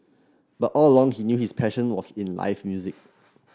but all along he knew his passion was in live music